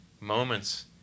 moments